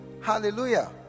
Hallelujah